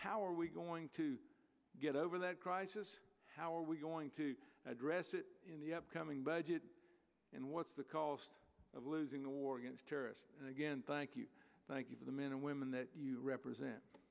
how are we going to get over that crisis how are we going to address it in the upcoming budget and what's the cost of losing the war against terrorists and again thank you thank you for the men and women that you represent